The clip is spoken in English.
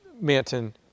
Manton